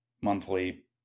monthly